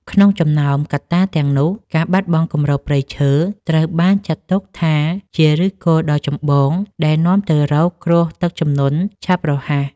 ក្នុងចំណោមកត្តាទាំងនោះ ការបាត់បង់គម្របព្រៃឈើត្រូវបានចាត់ទុកថាជាឫសគល់ដ៏ចម្បងដែលនាំទៅរកគ្រោះទឹកជំនន់ឆាប់រហ័ស។